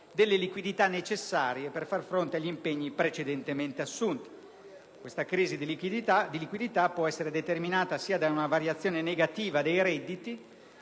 delle liquidità necessarie per far fronte agli impegni precedentemente assunti. Questa crisi di liquidità può essere determinata sia da una variazione negativa dei redditi